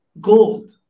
gold